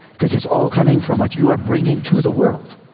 because it's all coming from what you are bringing to the world,